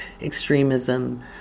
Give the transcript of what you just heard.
extremism